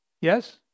Yes